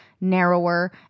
narrower